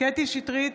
קטי קטרין שטרית,